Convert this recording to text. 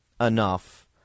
enough